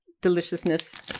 deliciousness